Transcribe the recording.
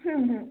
হুম হুম